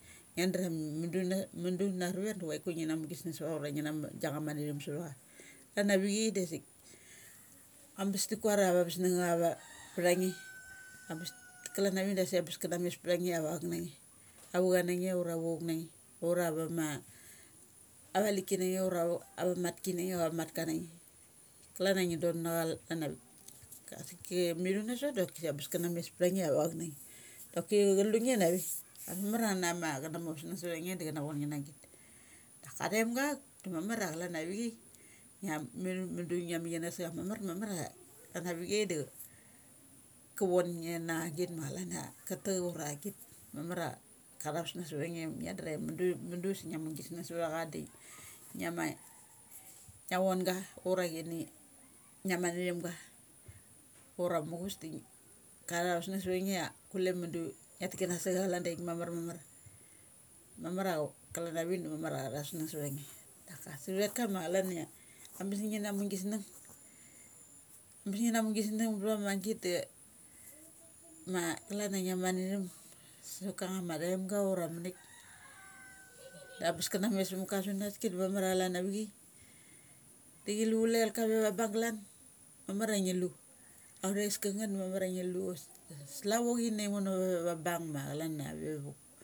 Ngi drum mundu na, mundu na rura da chuaiku ngi na mugis nung savtha cha narura ngi nama gi angnga matna mum sava cha. Klan avi chai dasik ambes ti kuar ava vasnunga cha vtha nge. ambes, klan avik de ambes kana mes ptha nge ia avauk na nge. Ava cha na nge, ura avu chouk na nge ura va ma ava lik ki na ne, ura ava mat ki na nge ava mat ka na nge. Klan a ngi don acha klan, klan auk kais kim mi thu na sot dasik ambes kana mes ptha nge ia ava ma ava chek na nge. Choki cha lu nge na ve bes ma mara chana ma chana mas sa va nge da chana von nge na git. Daka athemga acuk, da ma mur a chalan avi chai ia mi thi ngi a mik kana sa cha mamar, da mamar a klan avi chai da ka von nge na git ma chalan ia ka tek ura git mamar a ka tha vusnung suvtha nge nga chram ia mundu sang gisnung savtha cha de ngia ma ngia vonga ura chini ngia mat na thimga. Ura muchus di ngi ngia tha vusnung sava nge ia kule mundu ngiatik kana sa cha lan daithik mamar. mamar. Mamar a kalan avik da mamar a cha tha vusnung savtha nge. Daka suvet ka ma chalan ia ambes ngi na mugis nung. Bes ngi na mugis nung suvtha cha ia amagit da ma klan ia ngia mat na thum sa vakang nga ma thaimga ura manaik. Da ambes kana met sa ka sunaski da mamar a chalan avik chai. de ngi lu chule ka ve va bung galan. Mamar a ngi lu authais ka ngeth mamar a ngi lu slavo chi nai mono va bung ma chalan ia ve.